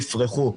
יפרחו,